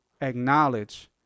acknowledge